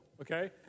Okay